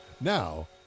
Now